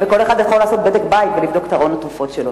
וכל אחד יכול לעשות בדק בית ולבדוק את ארון התרופות שלו.